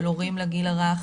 של הורים לגיל הרך,